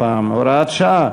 הוראת שעה),